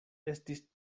estis